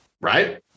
Right